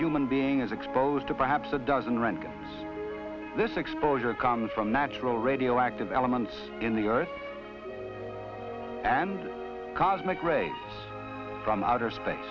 human being is exposed to perhaps a dozen rent this exposure comes from natural radioactive elements in the earth and cosmic rays from outer space